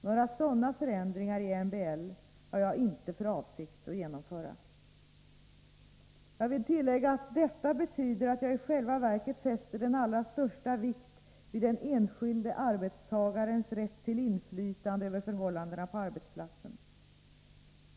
Några sådana förändringar i MBL har jag inte för avsikt att genomföra. Jag vill tillägga att detta betyder att jag i själva verket fäster den allra största vikt vid den enskilde arbetstagarens rätt till inflytande över förhållandena på arbetsplatsen.